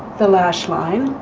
the lash line